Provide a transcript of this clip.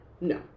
No